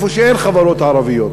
שאין בה חברות ערביות.